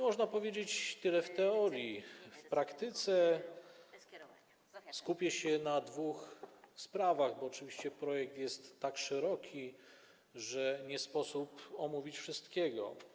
Można powiedzieć tyle odnośnie do teorii, a w praktyce skupię się na dwóch sprawach, bo oczywiście projekt jest tak szeroki, że nie sposób omówić wszystkiego.